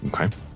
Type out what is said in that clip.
Okay